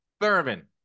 Thurman